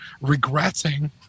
regretting